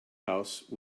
house